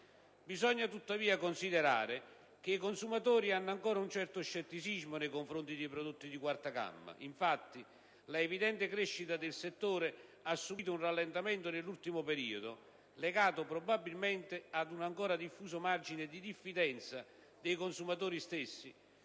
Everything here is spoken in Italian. Bisogna tuttavia considerare che i consumatori hanno ancora un certo scetticismo nei confronti dei prodotti di quarta gamma. Infatti, l'evidente crescita del settore ha subito un rallentamento nell'ultimo periodo, legato probabilmente ad un ancora diffuso margine di diffidenza dei consumatori stessi,